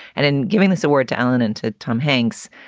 and in giving this award to ellen and to tom hanks,